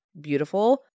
beautiful